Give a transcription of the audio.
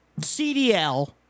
CDL